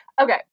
Okay